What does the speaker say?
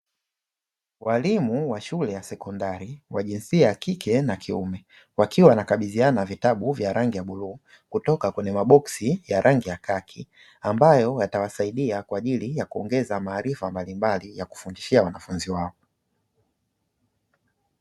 Walimu wa shule ya sekondari wa jinsia ya kike na kiume wakiwa wanakabidhiana vitabu vya rangi ya bluu kutoka kwenye maboksi ya rangi ya kaki, ambavyo vitawaongezea maarida mbalimbali ya kuwafundishia wanafunzi wao.